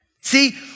See